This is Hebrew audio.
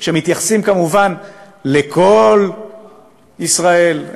שמתייחסים כמובן לכל ישראל,